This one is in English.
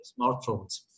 smartphones